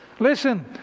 Listen